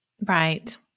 Right